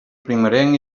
primerenc